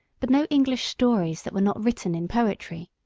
but no english stories that were not written in poetry.